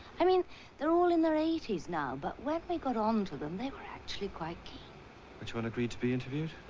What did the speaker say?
i mean they're all in their eighties now. but when we got onto them they were actually quite which one agreed to be interviewed?